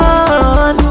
on